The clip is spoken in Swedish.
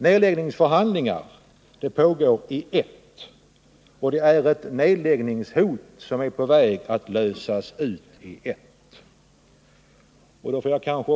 Nedläggningsförhandlingar pågår när det gäller ett företag, och ett annat företag hotas av nedläggning.